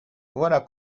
voilà